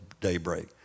daybreak